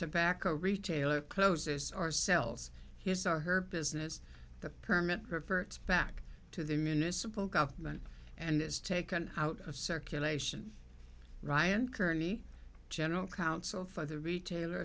tobacco retailer closes or sells his or her business the permit for its back to the municipal government and is taken out of circulation ryan kearney general counsel for the retailer